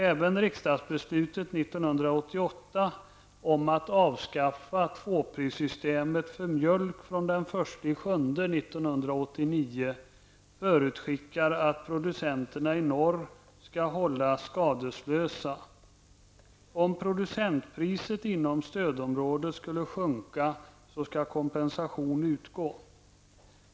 Även riksdagsbeslutet 1988 om att avskaffa tvåprissystemet för mjölk från den 1 juli 1989 förutskickar att producenterna i norr skall hållas skadeslösa. Om producentpriset inom stödområdet skulle sjunka skall kompensation utgå.